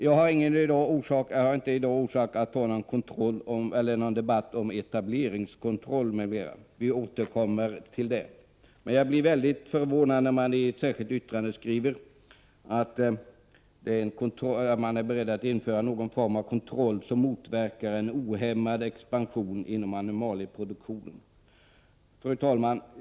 Jag har i dag inte någon anledning att ta upp någon debatt om etableringskontrollen, m.m. Vi får återkomma till den senare. Men jag blir väldigt förvånad när det i ett särskilt yttrande skrivs att det är nödvändigt med en kontroll som motverkar en ohämmad expansion inom animalieproduktionen. Fru talman!